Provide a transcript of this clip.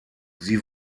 sie